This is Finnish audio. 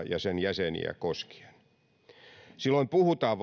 ja sen jäseniä koskien silloin puhutaan